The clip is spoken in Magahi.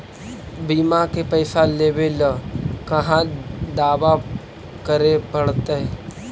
बिमा के पैसा लेबे ल कहा दावा करे पड़तै?